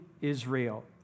Israel